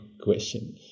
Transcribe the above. question